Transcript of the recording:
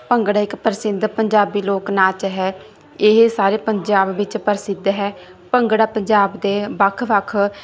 ਭੰਗੜਾ ਇੱਕ ਪ੍ਰਸਿੱਧ ਪੰਜਾਬੀ ਲੋਕ ਨਾਚ ਹੈ ਇਹ ਸਾਰੇ ਪੰਜਾਬ ਵਿੱਚ ਪ੍ਰਸਿੱਧ ਹੈ ਭੰਗੜਾ ਪੰਜਾਬ ਦੇ ਵੱਖ ਵੱਖ